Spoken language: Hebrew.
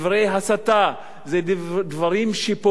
דברים שפוגעים בכבוד